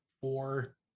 four